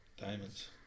Diamonds